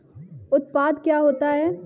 उत्पाद क्या होता है?